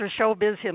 Showbiz